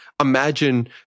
Imagine